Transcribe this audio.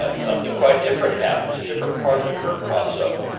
ah something quite different happens. a different part of the curve pops up.